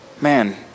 man